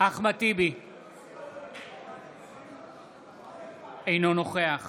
אינו נוכח